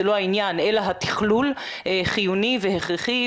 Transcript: אבל זה לא העניין אלא התכלול שהוא חיוני והכרחי.